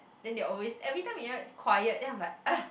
then they always everytime they write quiet then I am like !ugh!